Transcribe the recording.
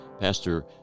Pastor